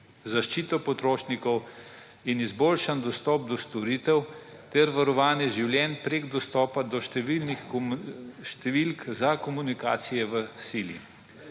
zaščita potrošnikov in izboljšan dostop do storitev ter varovanje življenj preko dostopa do številk za komunikacije v sili.